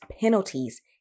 penalties